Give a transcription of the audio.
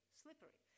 slippery